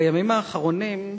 בימים האחרונים,